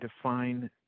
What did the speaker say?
define